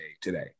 today